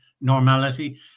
normality